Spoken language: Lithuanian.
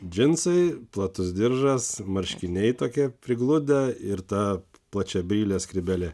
džinsai platus diržas marškiniai tokie prigludę ir ta plačiabrylė skrybėlė